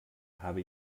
habe